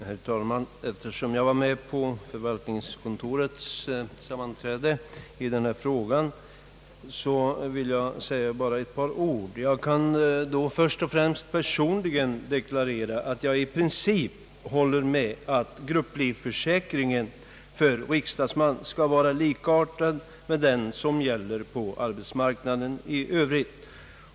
Herr talman! Eftersom jag var med på förvaltningskontorets sammanträde i denna fråga vill jag säga ett par ord. Jag vill först och främst personligen deklarera, att jag i princip håller med om att grupplivförsäkringen för riksdagsman skall vara likartad med den som gäller på arbetsmarknaden i övrigt.